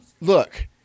look